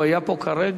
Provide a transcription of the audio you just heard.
הוא היה פה כרגע.